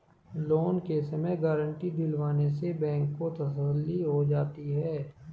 loan के समय guarantee दिलवाने से बैंक को तसल्ली हो जाती है